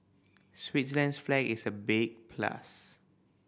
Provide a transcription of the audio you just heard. Switzerland's flag is a big plus